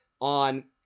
on